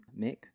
Mick